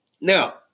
Now